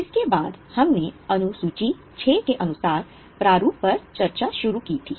इसके बाद हमने अनु सूची VI के अनुसार प्रारूप पर चर्चा शुरू की थी